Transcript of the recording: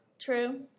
True